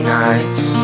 nights